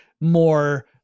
more